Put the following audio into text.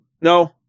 No